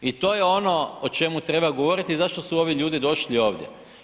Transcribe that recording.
I to je ono o čemu treba govoriti i zašto su ovi ljudi došli ovdje.